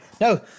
No